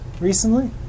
recently